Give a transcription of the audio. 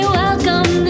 welcome